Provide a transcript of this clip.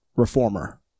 reformer